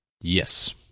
Yes